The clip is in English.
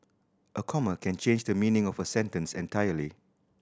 a comma can change the meaning of a sentence entirely